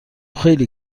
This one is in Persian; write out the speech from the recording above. خیلی